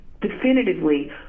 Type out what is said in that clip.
definitively